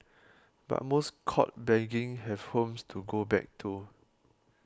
but most caught begging have homes to go back to